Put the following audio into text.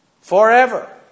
forever